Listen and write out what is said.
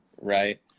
right